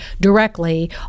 directly